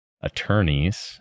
attorneys